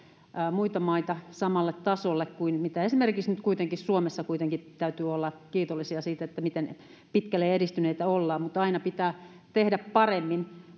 muita maita samalle tasolle kuin esimerkiksi nyt suomi suomessa kuitenkin täytyy olla kiitollisia siitä miten pitkälle edistyneitä ollaan mutta aina pitää tehdä paremmin